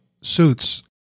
suits